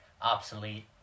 obsolete